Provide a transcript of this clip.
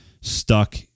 stuck